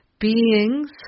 beings